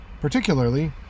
Particularly